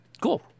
cool